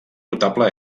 notable